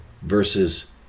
versus